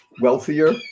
wealthier